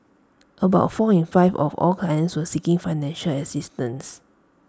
about four in five of all clients were seeking financial assistance